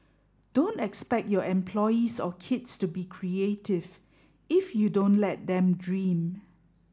don't expect your employees or kids to be creative if you don't let them dream